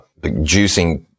juicing